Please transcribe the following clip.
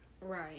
Right